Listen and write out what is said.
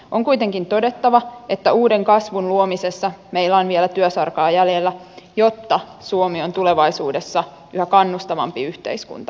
on kuitenkin todettava että uuden kasvun luomisessa meillä on vielä työsarkaa jäljellä jotta suomi on tulevaisuudessa yhä kannustavampi yhteiskunta